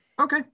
Okay